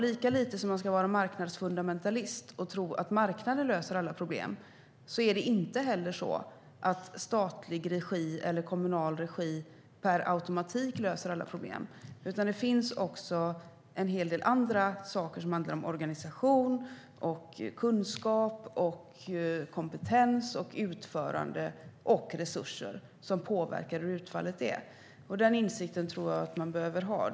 Lika lite som man ska vara marknadsfundamentalist och tro att marknaden löser alla problem ska man därför inte tro att statlig eller kommunal regi per automatik löser alla problem. Det finns också en hel del andra saker som handlar om organisation, kunskap, kompetens, utförande och resurser som påverkar utfallet. Den insikten tror jag att man behöver ha.